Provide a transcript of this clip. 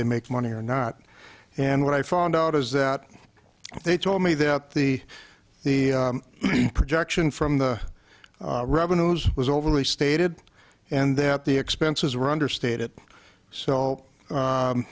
they make money or not and what i found out is that they told me that the the projection from the revenues was overly stated and that the expenses were understate it so